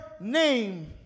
name